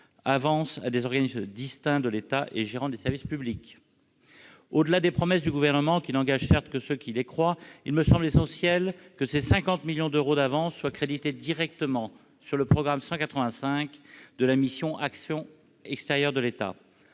Avances à des organismes distincts de l'État et gérant des services publics ». Au-delà des promesses gouvernementales, qui n'engagent que ceux qui les croient, il me semble essentiel que ces 50 millions d'euros d'avance soient crédités directement sur le programme 185 de la mission « Action extérieure de l'État